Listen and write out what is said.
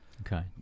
Okay